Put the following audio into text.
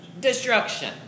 Destruction